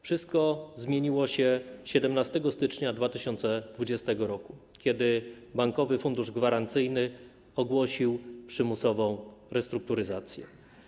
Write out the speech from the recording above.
Wszystko zmieniło się 17 stycznia 2020 r., kiedy Bankowy Fundusz Gwarancyjny ogłosił przymusową restrukturyzację.